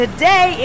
Today